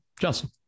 Justin